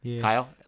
Kyle